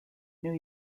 new